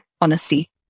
honesty